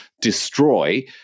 destroy